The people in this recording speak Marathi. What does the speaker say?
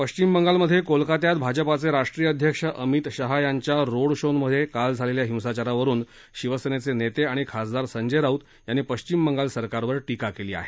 पश्चिम बंगालमध्ये कोलकात्यात भाजपाचे अध्यक्ष अमित शहा यांच्या रोड शो मध्ये काल झालेल्या हिंसाचारावरून शिवसेनेचे नेते आणि खासदार संजय राऊत यांनी पश्चिम बंगाल सरकारवर टीका केली आहे